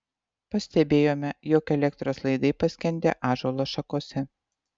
pastebėjome jog elektros laidai paskendę ąžuolo šakose